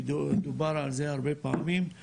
כי דובר על זה הרבה פעמים.